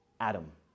Adam